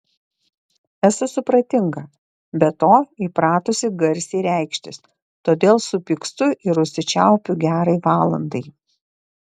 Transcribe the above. esu supratinga be to įpratusi garsiai reikštis todėl supykstu ir užsičiaupiu gerai valandai